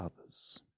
others